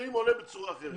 מגדירים עולה בצורה אחרת.